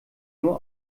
nur